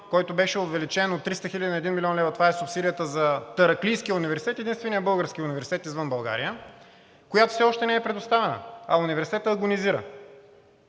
който беше увеличен от 300 хиляди на 1 милион. Това е субсидията за Тараклийския университет – единственият български университет извън България, която все още не е предоставена, а университетът агонизира.